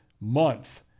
month